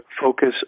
focus